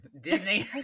Disney